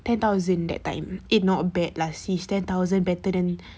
ten thousand that time eh not bad lah sis ten thousand better than